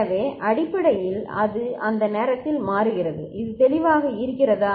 எனவே அடிப்படையில் அது அந்த நேரத்தில் மாறுகிறது இது தெளிவாக இருக்கிறதா